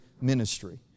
ministry